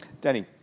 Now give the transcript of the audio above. Danny